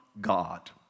God